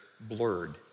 blurred